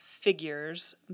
figures